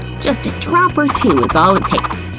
just a drop or two is all it takes.